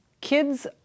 Kids